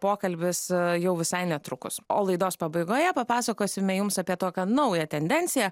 pokalbis jau visai netrukus o laidos pabaigoje papasakosime jums apie tokią naują tendenciją